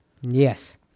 Yes